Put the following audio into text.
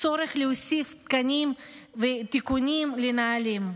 צורך להוסיף תקנים ותיקונים לנהלים.